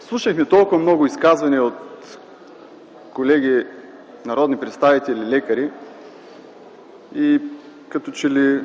Слушахме толкова много изказвания от колеги народни представители лекари и като че ли